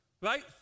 right